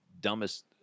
dumbest